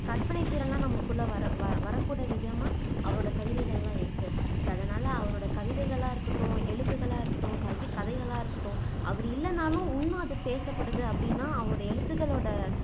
கற்பனை திறனெலாம் நமக்குள்ளே வர வரக்கூட விதமாக அவரோட கவிதைகளெலாம் இருக்குது ஸோ அதனால் அவரோட கவிதைகளாக இருக்கட்டும் எழுத்துகளாக இருக்கட்டும் கதி கதைகளாக இருக்கட்டும் அவர் இல்லைனாலும் இன்னும் அது பேசப்படுது அப்படின்னா அவரோட எழுத்துக்களோட